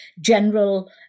general